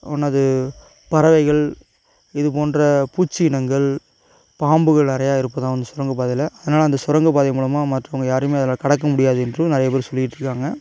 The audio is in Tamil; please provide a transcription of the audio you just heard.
என்னது பறவைகள் இது போன்ற பூச்சியினங்கள் பாம்புகள் நிறைய இருப்பதாகவும் அந்த சுரங்கப் பாதையில் அதனால் அந்த சுரங்கப் பாதை மூலமாக மற்றவங்க யாருமே அதில் கடக்க முடியாது என்று நிறைய பேர் சொல்லிகிட்டு இருக்காங்க